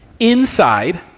Inside